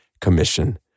commission